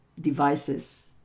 devices